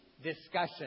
Discussion